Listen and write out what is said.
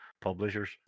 publishers